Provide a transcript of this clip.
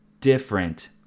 different